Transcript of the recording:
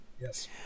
Yes